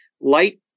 light